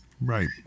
Right